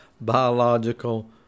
biological